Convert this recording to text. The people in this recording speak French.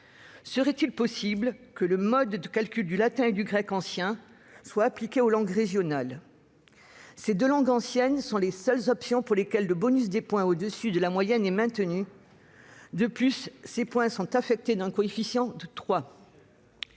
Serait-il possible que le mode de calcul appliqué au latin et du grec ancien le soit également aux langues régionales ? Ces deux langues anciennes sont les seules options pour lesquelles le bonus des points au-dessus de la moyenne est maintenu. De plus, ces points sont affectés d'un coefficient de 3.